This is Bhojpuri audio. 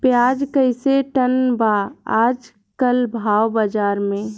प्याज कइसे टन बा आज कल भाव बाज़ार मे?